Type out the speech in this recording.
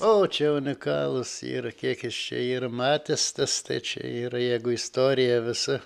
o čia unikalūs yra kiek jis čia yr matęs tas tai čia yra jeigu istorija visa